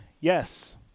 Yes